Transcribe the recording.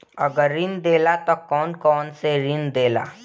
अगर ऋण देला त कौन कौन से ऋण देला?